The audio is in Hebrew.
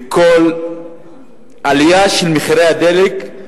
וכל עלייה של מחירי הדלק,